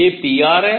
ये pr हैं